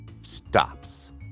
stops